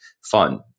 fun